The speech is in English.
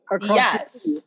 yes